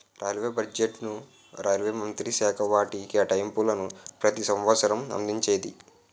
railway బడ్జెట్ను railway మంత్రిత్వశాఖ వాటి కేటాయింపులను ప్రతి సంవసరం అందించేది